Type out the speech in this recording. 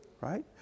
Right